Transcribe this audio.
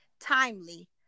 timely